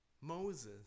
Moses